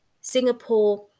Singapore